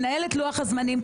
מנהל את לוח הזמנים,